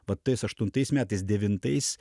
va tais aštuntais metais devintais